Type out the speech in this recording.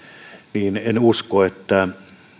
ja en usko että